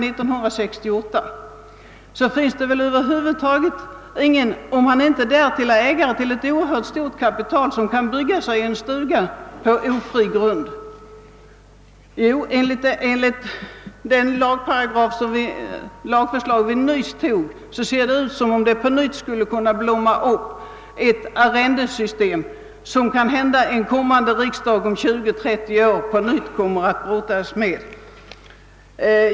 I dag finns det väl över huvud taget ingen som utan att vara ägare till ett oerhört stort kapital kan bygga sig en stuga på ofri grund. Med det lagförslag vi nyss antagit ser det dock ut som om ett sådant arrendesystem på nytt skulle kunna blomma upp, vars verkningar kanhända en kommande riksdag får brottas med om 20—30 år.